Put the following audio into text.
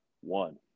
one